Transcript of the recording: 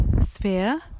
sphere